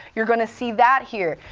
you're going to see that here.